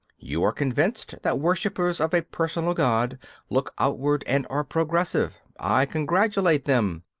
you are convinced that worshippers of a personal god look outwards and are progressive i congratulate them.